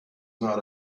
not